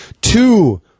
two